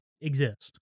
exist